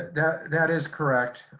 ah that that is correct.